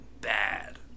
bad